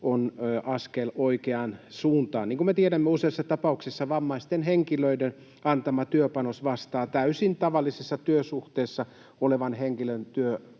on askel oikeaan suuntaan. Niin kuin me tiedämme, useissa tapauksissa vammaisten henkilöiden antama työpanos vastaa täysin tavallisessa työsuhteessa olevan henkilön